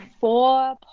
four